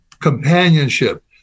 companionship